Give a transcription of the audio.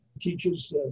teaches